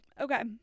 Okay